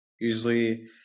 Usually